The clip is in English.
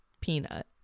peanut